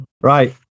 Right